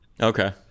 Okay